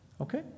Okay